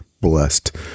blessed